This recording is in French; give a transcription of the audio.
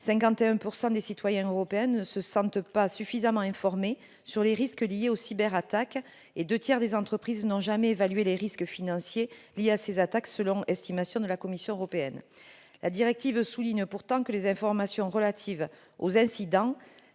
51 % des citoyens européens ne se sentent pas suffisamment informés sur les risques liés aux cyberattaques et deux tiers des entreprises n'ont jamais évalué les risques financiers liés à ces attaques, selon une estimation de la Commission européenne. La directive souligne pourtant que les informations relatives aux incidents